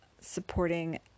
supporting